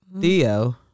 Theo